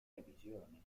revisioni